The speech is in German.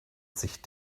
sich